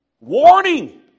Warning